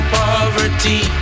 poverty